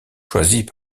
choisies